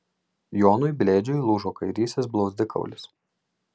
jonui blėdžiui lūžo kairysis blauzdikaulis